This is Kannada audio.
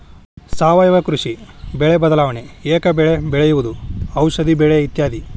ಸಾವಯುವ ಕೃಷಿ, ಬೆಳೆ ಬದಲಾವಣೆ, ಏಕ ಬೆಳೆ ಬೆಳೆಯುವುದು, ಔಷದಿ ಬೆಳೆ ಇತ್ಯಾದಿ